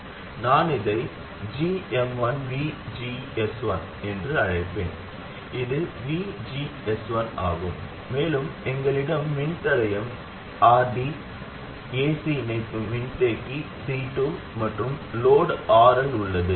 நான் இதை gm1VGS1 என்று அழைப்பேன் இது VGS1 ஆகும் மேலும் எங்களிடம் மின்தடையம் RD ac இணைப்பு மின்தேக்கி C2 மற்றும் லோட் RL உள்ளது